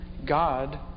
God